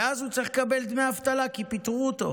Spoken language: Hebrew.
ואז הוא צריך לקבל דמי אבטלה, כי פיטרו אותו,